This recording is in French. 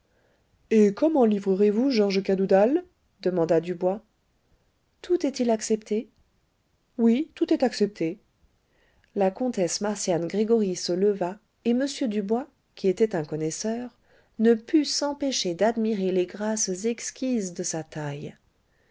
et comment livrerez-vous georges cadoudal demanda dubois tout est-il accepté oui tout est accepté la comtesse marcian gregoryi se leva et m dubois qui était un connaisseur ne put s'empêcher d'admirer les grâces exquises de sa taille